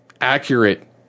accurate